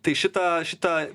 tai šitą šitą